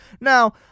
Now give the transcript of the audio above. Now